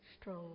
strong